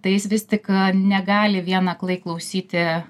tai jis vis tik negali vien aklai klausyti